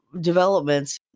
developments